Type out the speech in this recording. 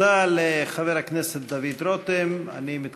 בינתיים אזמין את חבר הכנסת דוד רותם לפתוח בנאומים בני